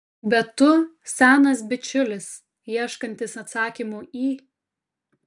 bet tu senas bičiulis ieškantis atsakymų į